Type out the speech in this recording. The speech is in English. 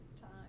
time